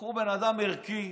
לקחו בן אדם ערכי,